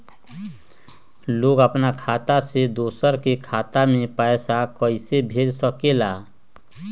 लोग अपन खाता से दोसर के खाता में पैसा कइसे भेज सकेला?